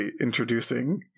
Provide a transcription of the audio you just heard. introducing